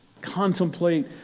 contemplate